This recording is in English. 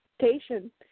patient